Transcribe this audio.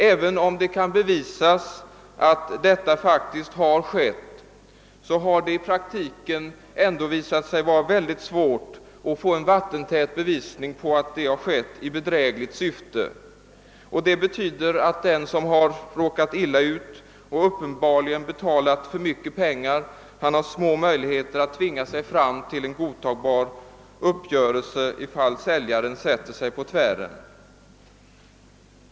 även om det kan bevisas att så faktiskt skett, har det i praktiken visat sig vara synnerligen svårt att få en vattentät bevisning för att det gjorts i bedrägligt syfte. Det betyder att den som råkat illa ut och uppenbarligen fått betala för mycket pengar har små möjligheter att tilltvinga sig en godtagbar uppgörelse, för den händelse säljaren sätter sig på tvären.